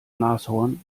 nashorn